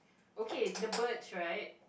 okay the birds right